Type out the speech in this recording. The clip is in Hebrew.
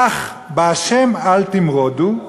אך בה' אל תמרֹדו,